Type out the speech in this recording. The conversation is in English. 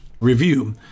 review